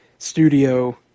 studio